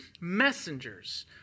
messengers